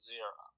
Zero